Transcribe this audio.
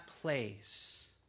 place